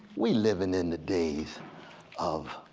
we living in the days of.